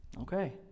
Okay